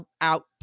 out